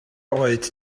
oed